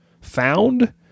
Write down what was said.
found